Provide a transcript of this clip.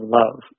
love